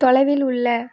தொலைவில் உள்ள